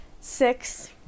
Six